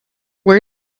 where